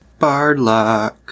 Bardlock